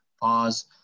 pause